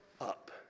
up